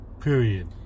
Period